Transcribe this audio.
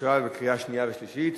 אושרה בקריאה שנייה ושלישית,